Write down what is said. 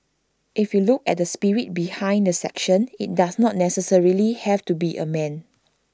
if you look at the spirit behind the section IT does not necessarily have to be A man